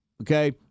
okay